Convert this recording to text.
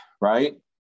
right